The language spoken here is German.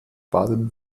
baden